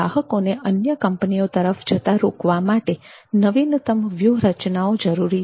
ગ્રાહકોને અન્ય કંપનીઓ તરફ જતા રોકવા માટે નવીનતમ વ્યૂહરચનાઓ જરૂરી છે